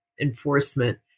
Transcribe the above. enforcement